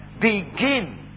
begin